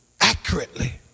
accurately